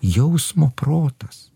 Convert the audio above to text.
jausmo protas